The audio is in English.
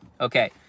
Okay